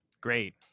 Great